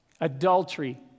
adultery